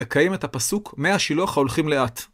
מקיים את הפסוק מי השילוח הולכים לאט.